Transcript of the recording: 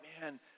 man